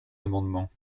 amendements